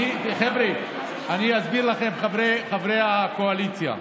חבר'ה, אני אסביר לכם, חברי הקואליציה.